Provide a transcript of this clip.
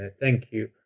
thank you.